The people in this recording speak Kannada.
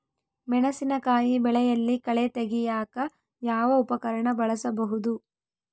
ಮೆಣಸಿನಕಾಯಿ ಬೆಳೆಯಲ್ಲಿ ಕಳೆ ತೆಗಿಯಾಕ ಯಾವ ಉಪಕರಣ ಬಳಸಬಹುದು?